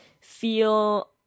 feel